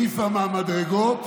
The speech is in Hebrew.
העיפה מהמדרגות,